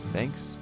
Thanks